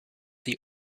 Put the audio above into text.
the